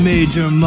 Major